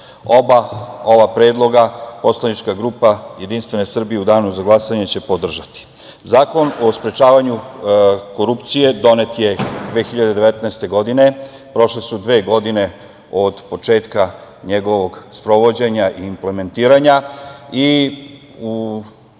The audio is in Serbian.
Oba ova predloga poslanička grupe Jedinstvene Srbije u danu za glasanje će podržati. Zakon o sprečavanju korupcije donet je 2019. godine. Prošle su dve godine od početka njegovog sprovođenja i implementiranja i u